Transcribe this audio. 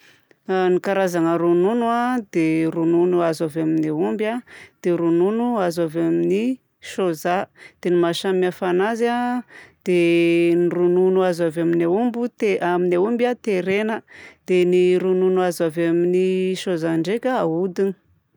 Ny karazagna ronono a dia ronono azo avy amin'ny aomby, dia ronono azo avy amin'ny sôzà. Dia ny mahasamihafa anazy a dia ny ronono azo avy amin'ny aomby te- amin'ny aomby terena, dia ny ronono azo amin'ny sôzà ndraika ahodina.